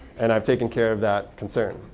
and i've taken care of that concern.